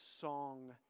song